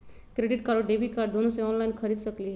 Credit card और debit card दोनों से ऑनलाइन खरीद सकली ह?